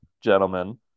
gentlemen